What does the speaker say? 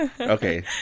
Okay